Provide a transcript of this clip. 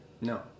No